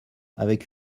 avec